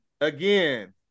Again